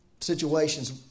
situations